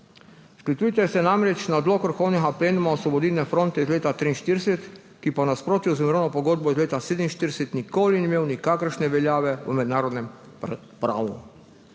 Sklicujete se namreč na odlok vrhovnega plenuma Osvobodilne fronte iz leta 1943, ki pa v nasprotju z mirovno pogodbo iz leta 1947 nikoli ni imel nikakršne veljave v mednarodnem pravu.